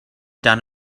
done